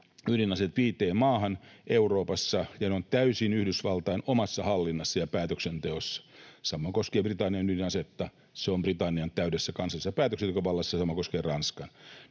pisteisiin viiteen maahan Euroopassa, ja ne ovat täysin Yhdysvaltain omassa hallinnassa ja päätöksenteossa. Sama koskee Britannian ydinasetta, se on Britannian täydessä kansallisessa päätöksentekovallassa, ja sama koskee Ranskaa.